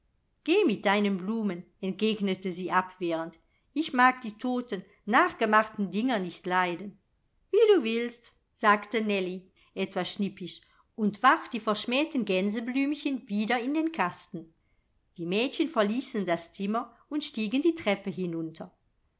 geh mit deinen blumen entgegnete sie abwehrend ich mag die toten nachgemachten dinger nicht leiden wie du willst sagte melanie etwas schnippisch und warf die verschmähten gänseblümchen wieder in den kasten die mädchen verließen das zimmer und stiegen die treppe hinunter